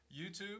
YouTube